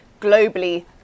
globally